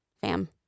fam